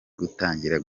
gutangira